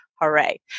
Hooray